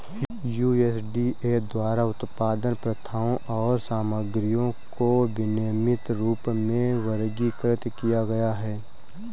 USDA द्वारा उत्पादन प्रथाओं और सामग्रियों को विनियमित रूप में वर्गीकृत किया गया है